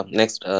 Next